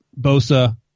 Bosa